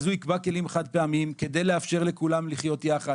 אז הוא יקבע כלים חד פעמיים כדי לאפשר לכולם לחיות יחד